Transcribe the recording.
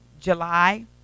July